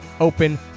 open